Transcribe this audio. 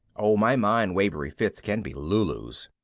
oh, my mind-wavery fits can be lulus!